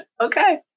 okay